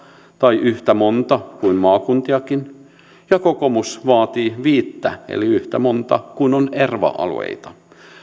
tai yhtä monta kuin on maakuntiakin ja kokoomus vaati viittä eli yhtä monta kuin on erva alueita